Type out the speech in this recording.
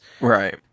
Right